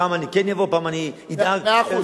פעם אני כן אבוא, פעם אני אדאג, מאה אחוז.